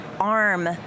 arm